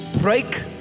break